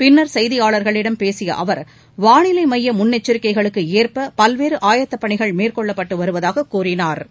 பின்ன் செய்தியாளர்களிடம் பேசியஅவர் வாளிலைமையமுன்னெச்சிக்கைகளுக்குஏற்பபல்வேறுஆயத்தபணிகள் மேற்கொள்ளப்பட்டுவருவதாககூறினா்